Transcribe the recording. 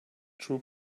true